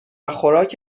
خوراک